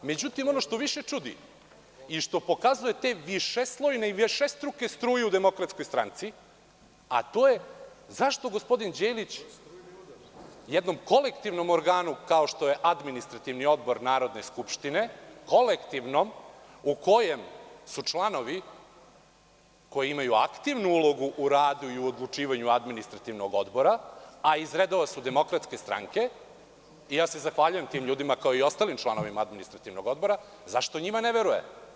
Ono što više čudi i što pokazuje te višeslojne i višestruku struju u DS jeste to – zašto gospodin Đelić jednom kolektivnom organu kao što je Administrativni odbor Narodne skupštine, kolektivnom, u kojemsu članovi koji imaju aktivnu ulogu u radu i u odlučivanju Administrativnog odbora, a iz redova su DS i zahvaljujem se tim ljudima, kao i ostalim članovima Administrativnog odbora, zašto njima ne veruje?